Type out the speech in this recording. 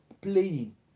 playing